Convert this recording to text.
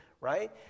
right